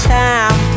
time